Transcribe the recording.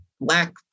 black